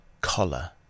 collar